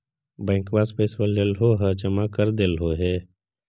बैंकवा से पैसवा लेलहो है जमा कर देलहो हे?